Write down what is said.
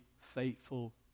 faithful